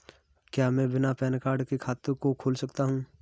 क्या मैं बिना पैन कार्ड के खाते को खोल सकता हूँ?